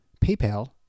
PayPal